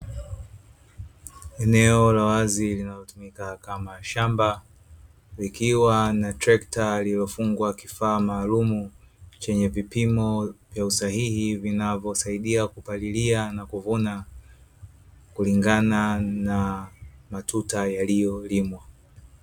Eneo la wazi linalotumika kama shamba, likiwa na trekta lililo fungwa kifaa maalumu chenye vipimo vya usahihi vinavyosaidia kupalilia na kuvuna kulingana na matuta yaliyolimwa.